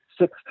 six